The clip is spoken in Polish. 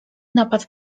napad